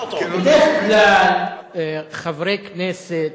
בדרך כלל חברי כנסת